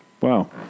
wow